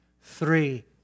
Three